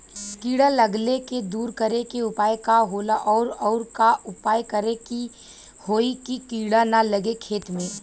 कीड़ा लगले के दूर करे के उपाय का होला और और का उपाय करें कि होयी की कीड़ा न लगे खेत मे?